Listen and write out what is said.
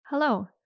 Hello